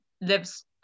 lives